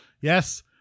Yes